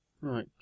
Right